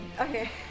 Okay